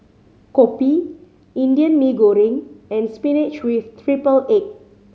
kopi Indian Mee Goreng and spinach with triple egg